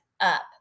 up